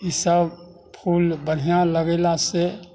ई सभ फूल बढ़िआँ लगेला से